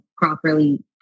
properly